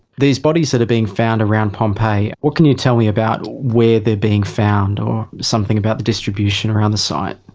these bodies that are being found around pompeii, what can you tell me about where they are being found or something about the distribution around the site?